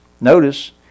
Notice